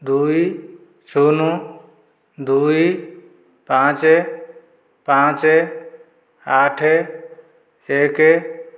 ଦୁଇ ଶୂନ ଦୁଇ ପାଞ୍ଚ ପାଞ୍ଚ ଆଠ ଏକ